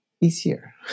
easier